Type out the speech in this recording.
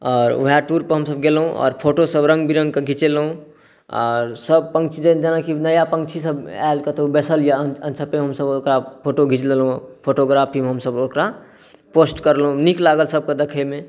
आओर ओएह टूर पर हमसब गेलहुॅं आओर फोटो सब रंग बीरंग के घीचेलहुॅं आओर सब पंछी सब जेनाकी नया पंछी सब आयल कतौ बइसल या अनछपे हमसब ओकरा फोटो घीच लेलहुॉं फोटोग्राफीमे हमसब ओकरा पोस्ट करलौ नीक लागल सबके देखय मे